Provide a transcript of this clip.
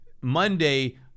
Monday